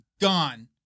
gone